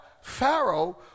Pharaoh